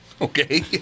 okay